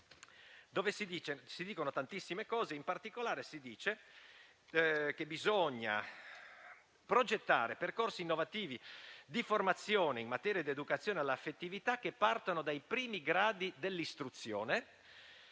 cui si dicono tantissime cose e, in particolare, si dichiara che bisogna progettare percorsi innovativi di formazione in materia di educazione all'affettività che partano dai primi gradi dell'istruzione,